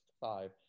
five